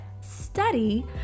study